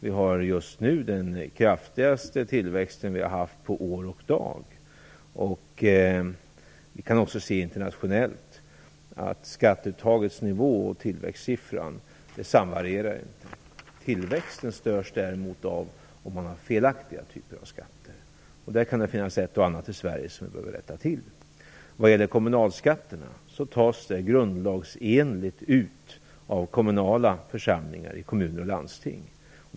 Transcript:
Vi har just nu den kraftigaste tillväxten som vi har haft på år och dag. Vi kan också internationellt se att en ändring av nivån på skatteuttaget inte behöver innebära en ändring av tillväxtsiffran. Tillväxten störs däremot av om man har felaktiga typer av skatter. Och i detta sammanhang kan det finnas ett och annat i Sverige som vi behöver rätta till. Kommunalskatterna tas grundlagsenligt ut av kommunala församlingar i kommuner och landsting.